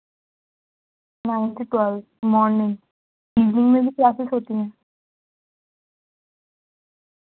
nine to twelve morning evening میں بھی classes ہوتی ہیں